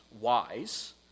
wise